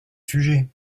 sujet